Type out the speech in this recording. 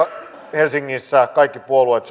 helsingissä kaikki puolueet